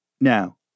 Now